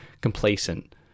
complacent